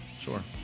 sure